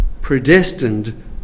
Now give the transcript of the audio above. predestined